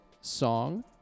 song